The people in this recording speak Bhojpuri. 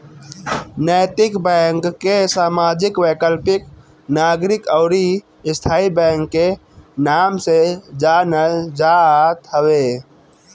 नैतिक बैंक के सामाजिक, वैकल्पिक, नागरिक अउरी स्थाई बैंक के नाम से जानल जात हवे